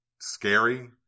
scary